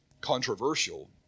controversial